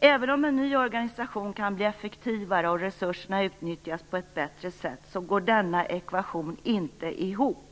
Även om en ny organisation kan bli effektivare och resurserna utnyttjas på ett bättre sätt går denna ekvation inte ihop.